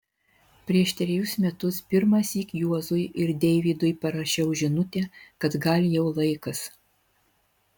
prieš trejus metus pirmąsyk juozui ir deivydui parašiau žinutę kad gal jau laikas